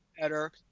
better